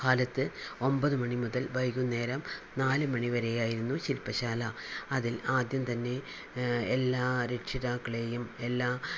കാലത്ത് ഒമ്പത് മണിമുതൽ വൈകുന്നേരം നാല് മണി വരെയായിരുന്നു ശിൽപ്പശാല അതിൽ ആദ്യം തന്നെ എല്ലാ രക്ഷിതാക്കളെയും എല്ലാ